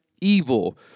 evil